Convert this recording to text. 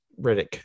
Riddick